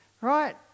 right